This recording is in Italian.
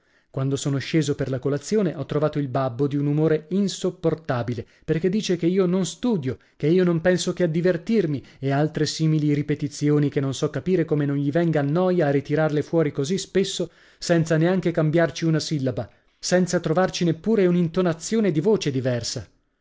quando sono sceso per là colazione ho trovato il babbo di un umore insopportabile perché dice che io non studio che io non penso che a divertirmi e altre simili ripetizioni che non so capire come non gli venga a noia a ritirarle fuori cosi spesso senza neanche cambiarci una sillaba senza trovarci neppure un'intonazione di voce diversa